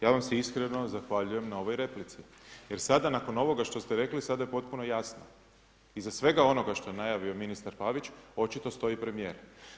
Ja vam se iskreno zahvaljujem na ovoj replici jer sada nakon ovoga što ste rekli sada je potpuno jasno, iza svega onoga što je najavio ministar Pavić očito stoji premijer.